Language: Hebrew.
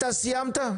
אתה סיימת?